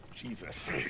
Jesus